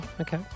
Okay